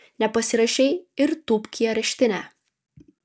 nepasirašei ir tūpk į areštinę